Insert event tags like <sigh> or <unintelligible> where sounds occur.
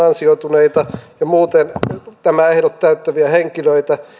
<unintelligible> ansioituneita ja muuten nämä ehdot täyttäviä henkilöitä